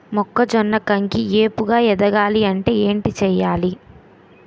మొక్కజొన్న కంకి ఏపుగ ఎదగాలి అంటే ఏంటి చేయాలి?